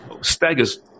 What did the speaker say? Stagger's